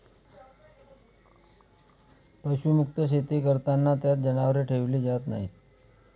पशुमुक्त शेती करताना त्यात जनावरे ठेवली जात नाहीत